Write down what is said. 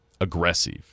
aggressive